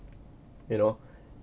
you know